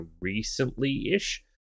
recently-ish